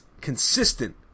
Consistent